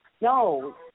no